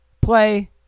play